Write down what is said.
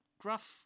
Gruff